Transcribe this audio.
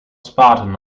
spartan